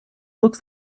looks